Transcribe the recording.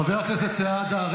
חבר כנסת ואטורי, מספיק.